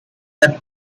and